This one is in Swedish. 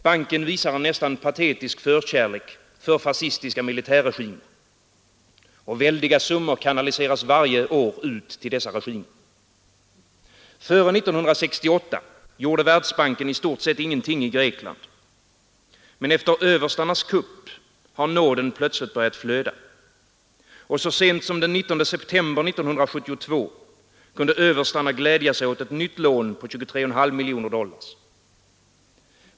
Banken visar en nästan patetisk förkärlek för fascistiska militärregimer, och väldiga summor kanaliseras varje år ut till dessa regimer. Före 1968 gjorde Världsbanken i stort sett ingenting i Grekland. Men efter överstarnas kupp har nåden plötsligt börjat flöda. Och så sent som den 19 september 1972 kunde överstarna glädja sig åt ett nytt lån på 23,5 miljoner dollar.